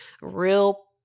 real